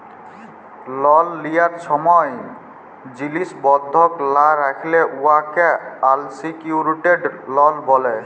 লল লিয়ার ছময় জিলিস বল্ধক লা রাইখলে উয়াকে আলসিকিউর্ড লল ব্যলে